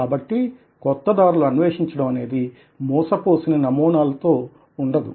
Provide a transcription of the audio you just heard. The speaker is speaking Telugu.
కాబట్టి కొత్త దారులు అన్వేషించడం అనేది మూసపోసిన నమూనాల తో ఉండదు